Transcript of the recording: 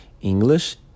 English